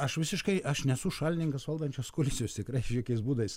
aš visiškai aš nesu šalininkas valdančios koalicijos tikrai jokiais būdais